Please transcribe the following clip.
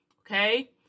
Okay